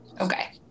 okay